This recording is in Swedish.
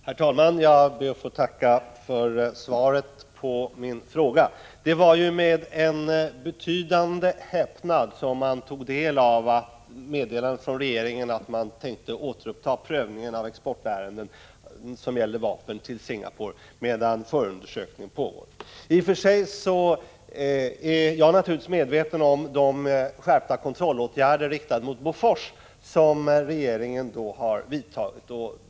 Herr talman! Jag ber att få tacka för svaret på min fråga. Det var med betydande häpnad som man tog del av meddelandet från regeringen att den tänkte återuppta prövningen av exportärenden beträffande vapen till Singapore medan förundersökning pågår. I och för sig är jag naturligtvis medveten om de skärpta kontrollåtgärder, riktade mot Bofors, som regeringen har vidtagit.